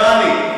לא אני.